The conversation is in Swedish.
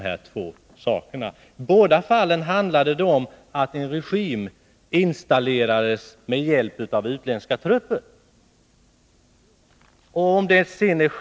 I båda fallen handlar det om att en regim installeras med hjälp av utländska trupper.